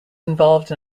involved